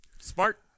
Smart